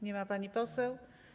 Nie ma pani poseł.